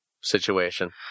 situation